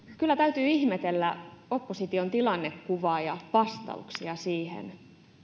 kyllä täytyy ihmetellä opposition tilannekuvaa ja vastauksia siihen